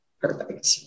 perfect